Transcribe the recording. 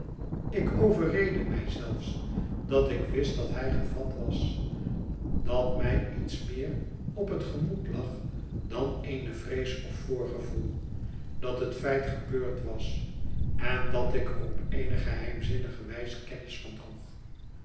ik overreedde mij zelfs dat ik wist dat hij gevat was dat mij iets meer op het gemoed lag dan eene vrees of een voorgevoel dat hetfeitgebeurd was en dat ik er op eene geheimzinnige wijs kennis van droeg